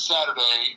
Saturday